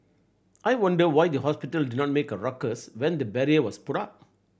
I wonder why the hospital did not make a ruckus when the barrier was put up